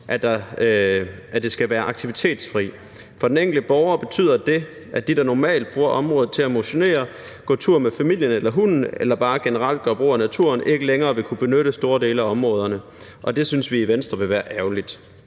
at det skal være aktivitetsfrit. For den enkelte borger betyder det, at dem, der normalt bruger området til at motionere, gå tur med familien eller hunden eller bare generelt gør brug af naturen, ikke længere vil kunne benytte store dele af områderne. Det synes vi i Venstre ville være ærgerligt.